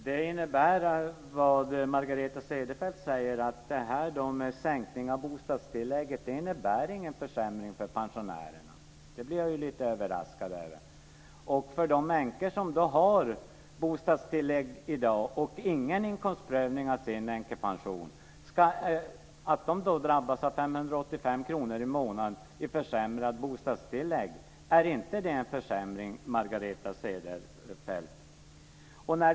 Fru talman! Det Margareta Cederfelt säger betyder att det här med sänkningen av bostadstillägget inte innebär någon försämring för pensionärerna. Det blir jag lite överraskad över. Att de änkor som har bostadstillägg i dag och ingen inkomstprövning av änkepensionen drabbas av 585 kr i månaden i försämrat bostadstillägg, är inte det en försämring, Margareta Cederfelt?